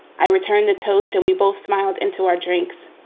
i returned the toast and we both smiled into our drinks